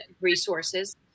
resources